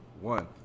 one